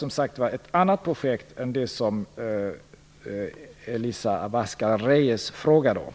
Men det var alltså ett annat projekt än det som